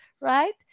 right